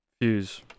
fuse